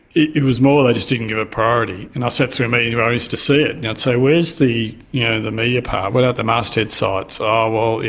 it it was more they just didn't give it priority. and i sat through meetings where i used to see it and i'd say, where's the yeah the media part? what about the masthead sites? oh well,